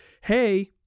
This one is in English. hey